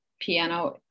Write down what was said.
piano